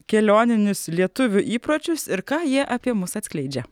kelioninius lietuvių įpročius ir ką jie apie mus atskleidžia